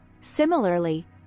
Similarly